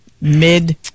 mid